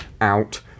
out